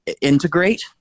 integrate